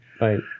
Right